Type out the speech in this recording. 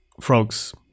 frogs